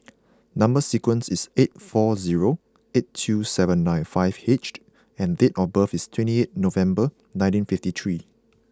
number sequence is eight four zero eight two seven nine five H and date of birth is twenty eight November nineteen fifty three